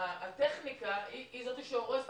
הטכניקה היא זאת שהורסת.